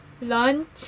lunch